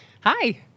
Hi